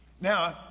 Now